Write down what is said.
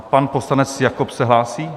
Pan poslanec Jakob se hlásí?